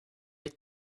être